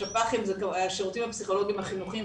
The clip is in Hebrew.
השירותים הפסיכולוגיים החינוכיים,